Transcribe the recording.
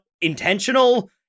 intentional